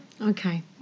okay